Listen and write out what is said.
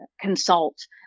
consult